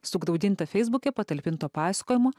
sugraudinta feisbuke patalpinto pasakojimo